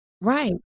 Right